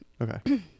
Okay